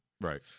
Right